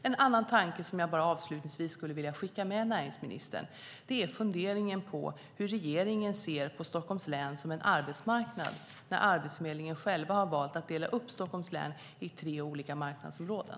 En annan tanke som jag avslutningsvis skulle vilja skicka med näringsministern är funderingen på hur regeringen ser på Stockholms län som en arbetsmarknad när Arbetsförmedlingen själv har valt att dela upp Stockholms län i tre olika marknadsområden.